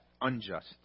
unjust